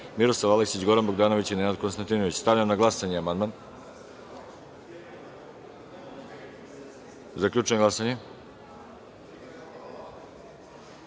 Miroslav Aleksić, Goran Bogdanović i Nenad Konstantinović. Stavljam na glasanje amandman. Zaključujem glasanje